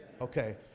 Okay